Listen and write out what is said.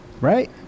right